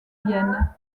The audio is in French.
vienne